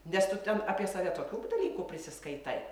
nes tu ten apie save tokių dalykų prisiskaitai